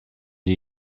die